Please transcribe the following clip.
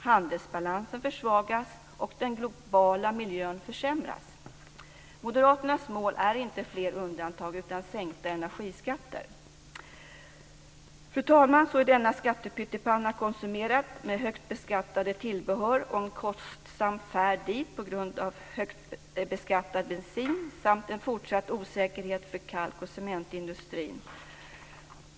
Handelsbalansen försvagas också, och den globala miljön försämras. Moderaternas mål är inte fler undantag, utan sänkta energiskatter. Fru talman! Så är denna skattepyttipanna konsumerad med högt beskattade tillbehör och en kostsam färd dit på grund av högt beskattad bensin, samt en fortsatt osäkerhet för kalk och cementindustrin.